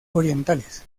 orientales